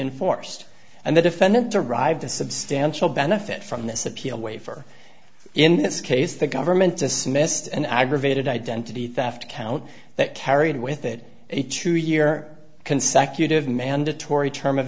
enforced and the defendant derived a substantial benefit from this appeal wafer in this case the government just missed an aggravated identity theft count that carried with it a two year consecutive mandatory term of